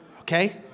Okay